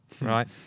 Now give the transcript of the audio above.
Right